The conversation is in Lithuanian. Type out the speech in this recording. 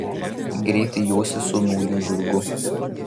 greitai josi su nauju žirgu